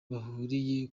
bahuriye